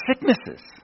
sicknesses